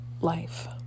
life